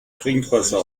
trinkwasser